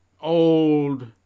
old